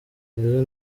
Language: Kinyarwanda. nizzo